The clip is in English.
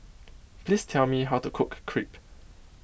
please tell me how to cook Crepe